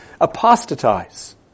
apostatize